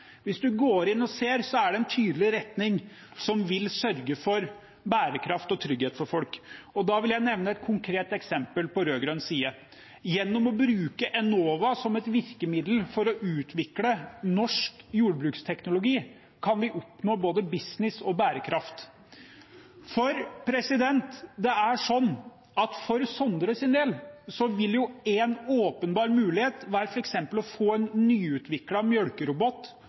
Hvis en går inn og ser, er det en tydelig retning, som vil sørge for bærekraft og trygghet for folk. Da vil jeg nevne et konkret eksempel på rød-grønn side. Gjennom å bruke Enova som et virkemiddel for å utvikle norsk jordbruksteknologi kan vi oppnå både business og bærekraft. For Sondres del vil en åpenbar mulighet være f.eks. å få en nyutviklet mjølkerobot som en